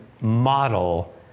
model